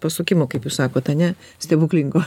pasukimo kaip jūs sakot ane stebuklingo